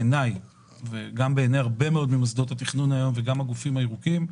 גם בעיני וגם בעיני הרבה ממוסדות התכנון והגופים הירוקים,